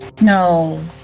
No